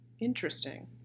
interesting